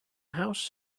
house